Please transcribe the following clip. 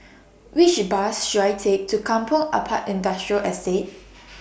Which Bus should I Take to Kampong Ampat Industrial Estate